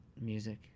music